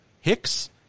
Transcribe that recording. Hicks